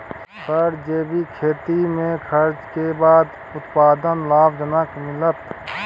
Sir जैविक खेती में खर्च के बाद उत्पादन लाभ जनक मिलत?